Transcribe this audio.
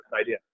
idea